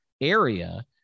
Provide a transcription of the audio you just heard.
area